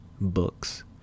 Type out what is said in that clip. books